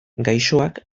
gaixoak